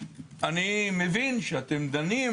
אני מבין שאתם דנים